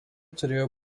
turėjo